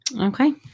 Okay